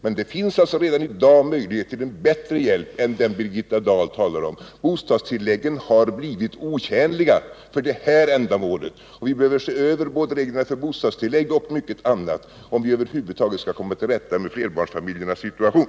Men det finns alltså redan i dag möjlighet till en bättre hjälp än den Birgitta Dahl talar om. Bostadstilläggen har blivit otjänliga för det här ändamålet. Vi behöver se över både reglerna för bostadstillägg och mycket annat, om vi över huvud taget skall komma till rätta med flerbarnsfamiljernas situation.